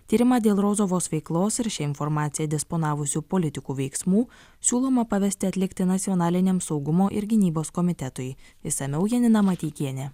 tyrimą dėl rozovos veiklos ir šia informacija disponavusių politikų veiksmų siūloma pavesti atlikti nacionaliniam saugumo ir gynybos komitetui išsamiau janina mateikienė